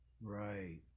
Right